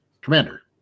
commander